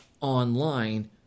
online